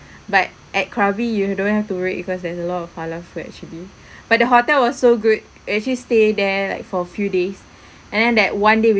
but at krabi you don't have to worry because there's a lot of halal food actually but the hotel was so good we actually stay there like for few days and then that one day we